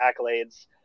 accolades